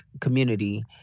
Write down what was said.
community